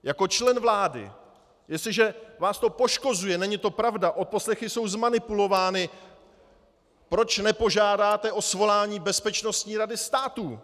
Jako člen vlády, jestliže vás to poškozuje, není to pravda, odposlechy jsou zmanipulované, proč nepožádáte o svolání Bezpečnostní rady státu?